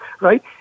right